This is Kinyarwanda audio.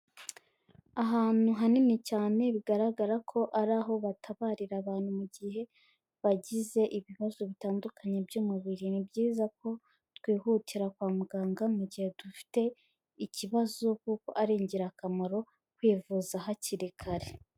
Ahantu hanini cyane bigaragara ko ari aho batabarira abantu mu gihe bagize ibibazo bitandukanye by'umubiri, ni byiza ko twihutira kwa muganga mu gihe dufite ikibazo kuko ari ingirakamaro kwivuza hakiri kare.